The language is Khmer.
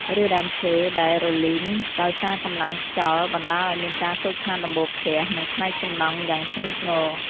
ឫសដើមឈើដែលរលើងដោយសារកម្លាំងខ្យល់បណ្តាលឱ្យមានការខូចខាតដំបូលផ្ទះ និងផ្នែកសំណង់យ៉ាងធ្ងន់ធ្ងរ។